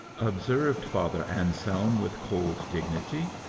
observed father anselm with cold dignity.